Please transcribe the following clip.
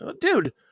dude